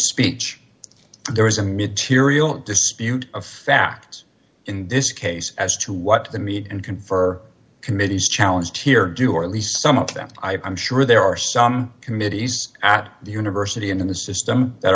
speech there is a material dispute of fact in this case as to what the meet and confer committees challenge here do or at least some of them i'm sure there are some committees at the university and in the system